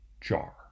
jar